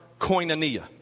koinonia